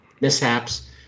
mishaps